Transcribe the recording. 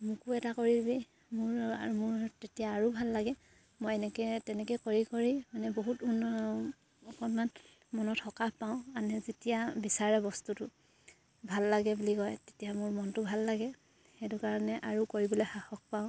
মোকো এটা কৰি দিবি মোৰ আৰু মোৰ তেতিয়া আৰু ভাল লাগে মই এনেকৈ তেনেকৈ কৰি কৰি মানে বহুত অকণমান মনত সকাহ পাওঁ আনে যেতিয়া বিচাৰে বস্তুটো ভাল লাগে বুলি কয় তেতিয়া মোৰ মনটো ভাল লাগে সেইটো কাৰণে আৰু কৰিবলৈ সাহস পাওঁ